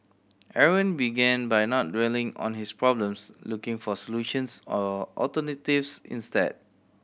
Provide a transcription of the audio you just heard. Aaron began by not dwelling on his problems looking for solutions or alternatives instead